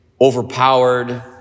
overpowered